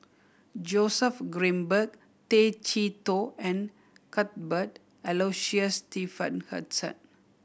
Joseph Grimberg Tay Chee Toh and Cuthbert Aloysius Shepherdson